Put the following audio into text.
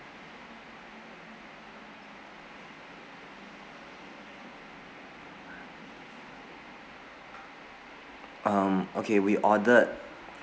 um okay we ordered